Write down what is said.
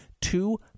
Two